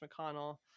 McConnell